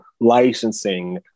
licensing